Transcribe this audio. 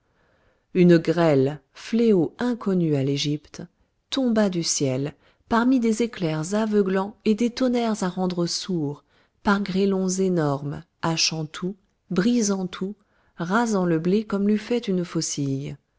une grêle fléau inconnu à l'égypte tomba du ciel parmi des éclairs aveuglants et des tonnerres à rendre sourd par grêlons énormes hachant tout brisant tout rasant le blé comme l'eût fait une faucille